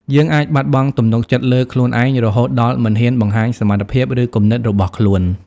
យើងអាចបាត់បង់ទំនុកចិត្តលើខ្លួនឯង រហូតដល់មិនហ៊ានបង្ហាញសមត្ថភាព ឬគំនិតរបស់ខ្លួន។